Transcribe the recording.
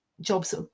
jobs